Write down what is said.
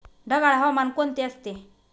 ढगाळ हवामान कोणते असते?